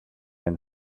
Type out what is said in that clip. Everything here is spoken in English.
and